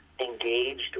engaged